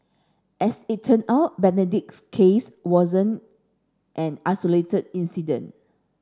as it turn out Benedict's case wasn't an isolated incident